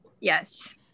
Yes